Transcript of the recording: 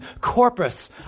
corpus